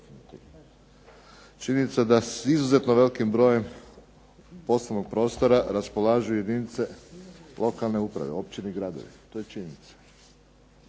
Činjenica da s izuzetno velikim brojem poslovnog prostora raspolažu jedinice lokalne uprave, općine i gradovi, to je činjenica.